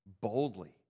boldly